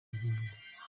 nyarwanda